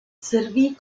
servì